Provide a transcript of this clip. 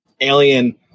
alien